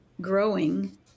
growing